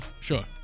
Sure